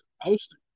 hosting